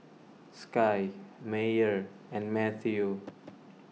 Sky Meyer and Mathew